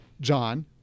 John